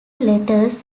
letters